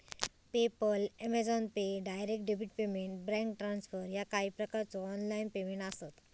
PayPal, Amazon pay, direct debit payment, bank transfer ह्या काही प्रकारचो ऑनलाइन पेमेंट आसत